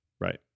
Right